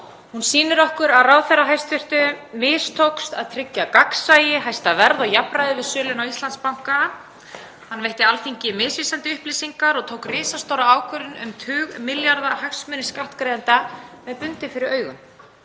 Hún sýnir okkur að hæstv. ráðherra mistókst að tryggja gagnsæi, hæsta verð og jafnræði við sölu á Íslandsbanka. Hann veitti Alþingi misvísandi upplýsingar og tók risastóra ákvörðun um tugmilljarða hagsmuni skattgreiðenda með bundið fyrir augun,